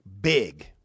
big